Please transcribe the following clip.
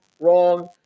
wrong